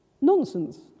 nonsense